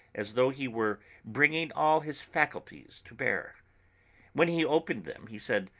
as though he were bringing all his faculties to bear when he opened them he said,